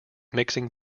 mixing